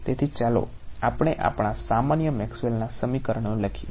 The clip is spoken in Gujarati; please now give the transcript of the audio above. તેથી ચાલો આપણે આપણા સામાન્ય મેક્સવેલના સમીકરણો લખીએ